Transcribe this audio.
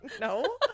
No